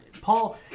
Paul